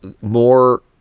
more